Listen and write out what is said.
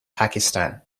pakistan